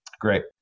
Great